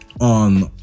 on